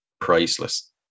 priceless